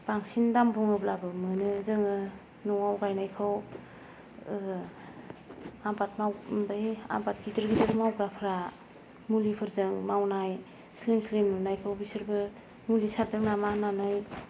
बांसिन दाम बुङोब्लाबो मोनो जोङो न'आव गायनायखौ आबाद माव बै आबाद गिदिर गिदिर मावग्राफ्रा मुलिफोरजों मावनाय स्लिम स्लिम नुनायखौ बिसोरबो मुलि सारदों नामा होननानै